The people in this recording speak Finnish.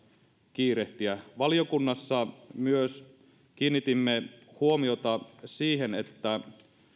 kiirehtiä valiokunnassa myös kiinnitimme huomiota siihen että